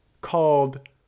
called